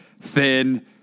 thin